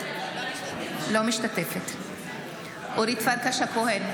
אינה משתתפת בהצבעה אורית פרקש הכהן,